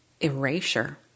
Erasure